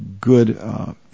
good